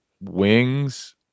wings